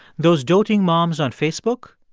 those doting moms on facebook,